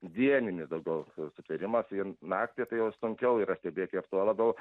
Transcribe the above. dieninis daugiau sutvėrimas ir naktį tai jau sunkiau yra stebėti ir tuo labiau